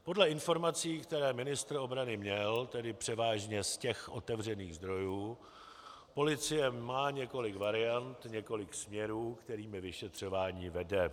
Podle informací, které ministr obrany měl, tedy převážně z těch otevřených zdrojů, policie má několik variant, několik směrů, kterými vyšetřování vede.